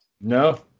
No